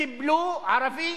קיבלו ערבי